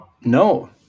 No